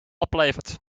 oplevert